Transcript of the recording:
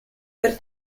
per